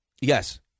Yes